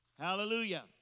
Hallelujah